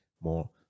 more